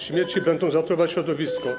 Śmieci będą zatruwać środowisko.